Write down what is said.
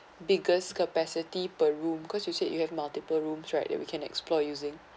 biggest capacity per room because you said you have multiple rooms right that we can explore using